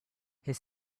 his